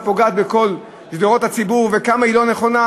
פוגעת בכל שדרות הציבור וכמה היא לא נכונה,